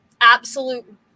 absolute